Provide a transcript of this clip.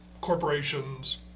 corporations